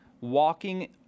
walking